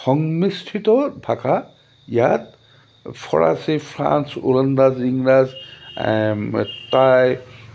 সংমিশ্ৰত ভাষা ইয়াত ফৰাচী ফ্ৰান্স ইংৰাজ টাই